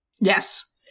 Yes